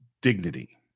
dignity